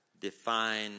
define